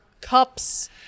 cups